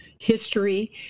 history